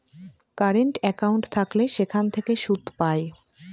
current account থাকলে সেখান থেকে সুদ পায়